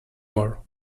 more